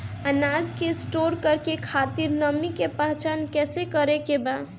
अनाज के स्टोर करके खातिर नमी के पहचान कैसे करेके बा?